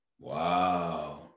wow